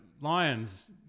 lions